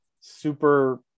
super